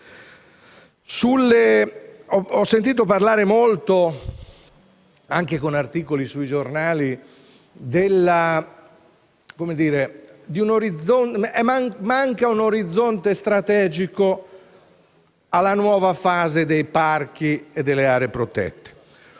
Ho sentito parlare molto, anche in articoli sui giornali, del fatto che manca un orizzonte strategico alla nuova fase dei parchi e delle aree protette